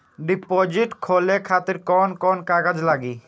Deposit खोले खातिर कौन कौन कागज लागी?